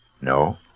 No